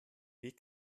wie